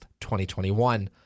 2021